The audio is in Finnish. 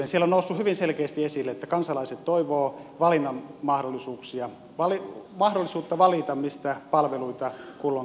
siellä on noussut hyvin selkeästi esille että kansalaiset toivovat mahdollisuutta valita mistä palveluita kulloinkin hakee